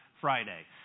Friday